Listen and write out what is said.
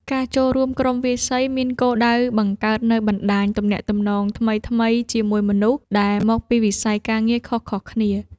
ការចូលរួមក្រុមវាយសីមានគោលដៅបង្កើតនូវបណ្តាញទំនាក់ទំនងថ្មីៗជាមួយមនុស្សដែលមកពីវិស័យការងារខុសៗគ្នា។